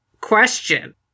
Question